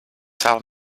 tell